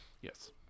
Yes